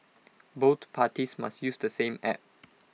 both parties must use the same app